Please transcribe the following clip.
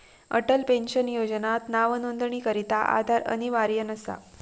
Atal pension योजनात नावनोंदणीकरता आधार अनिवार्य नसा